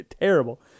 Terrible